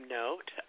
note